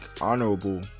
Honorable